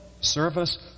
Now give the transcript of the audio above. service